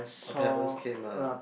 her parents came ah